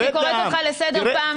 אני קוראת אותך לסדר פעם שנייה.